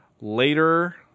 later